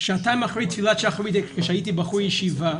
שעתיים אחרי תפילת שחרית, שהייתי בחור ישיבה,